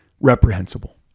reprehensible